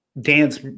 dance